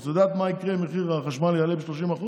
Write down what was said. את יודעת מה יקרה אם מחיר החשמל יעלה ב-30%?